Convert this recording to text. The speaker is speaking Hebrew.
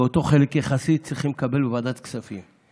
את אותו חלק יחסי צריכים לקבל בוועדות הכספים.